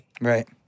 Right